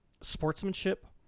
sportsmanship